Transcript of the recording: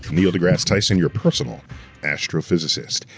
neil degrasse tyson, your personal astrophysicist.